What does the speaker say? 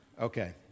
Okay